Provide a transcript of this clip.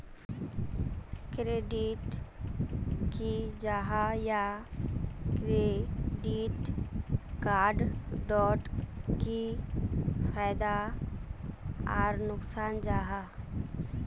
Credit की जाहा या क्रेडिट कार्ड डोट की फायदा आर नुकसान जाहा?